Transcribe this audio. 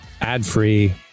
ad-free